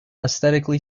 aesthetically